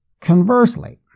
Conversely